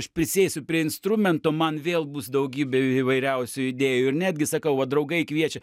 aš prisėsiu prie instrumento man vėl bus daugybė įvairiausių idėjų ir netgi sakau va draugai kviečia